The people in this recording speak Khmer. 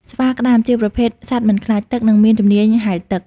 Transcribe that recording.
ស្វាក្តាមជាប្រភេទសត្វមិនខ្លាចទឹក និងមានជំនាញហែលទឹក។